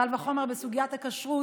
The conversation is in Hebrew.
קל וחומר בסוגיית הכשרות,